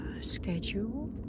schedule